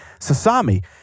Sasami